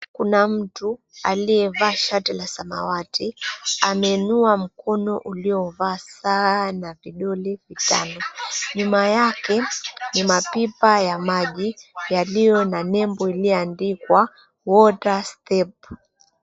Kuna mtu aliyevaa shati la samawati, ameinua mkono wenye saa na kuonyesha vidole vitano. Nyuma yake kuna mapipa ya maji yaliyo na nembo iliyoandikwa "Water Step".